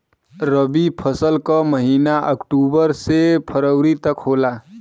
रवी फसल क महिना अक्टूबर से फरवरी तक होला